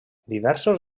diversos